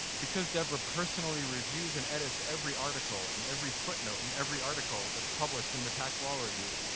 because deborah personally reviews and edits every article and every footnote in every article that's published in the tax law review,